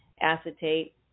acetate